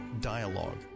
dialogue